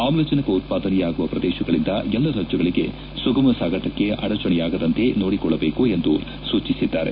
ಆಮ್ಲಜನಕ ಉತ್ಪಾದನೆಯಾಗುವ ಪ್ರದೇಶಗಳಿಂದ ಎಲ್ಲ ರಾಜ್ಜಗಳಿಗೆ ಸುಗಮ ಸಾಗಾಟಕ್ಕೆ ಅಡಚಣೆಯಾಗದಂತೆ ನೋಡಿಕೊಳ್ಳಬೇಕು ಎಂದು ಸೂಚಿಸಿದ್ದಾರೆ